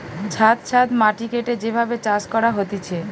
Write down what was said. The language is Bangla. ছাদ ছাদ মাটি কেটে যে ভাবে চাষ করা হতিছে